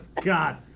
God